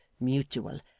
mutual